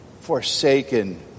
forsaken